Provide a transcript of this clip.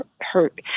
hurt